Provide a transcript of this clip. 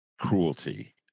cruelty